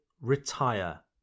retire